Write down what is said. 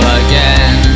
again